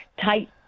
tight